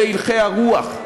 אלה הלכי הרוח.